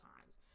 times